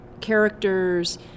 characters